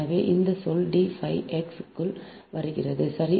எனவே இந்த சொல் d phi x க்குள் வருகிறது சரி